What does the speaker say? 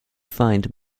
find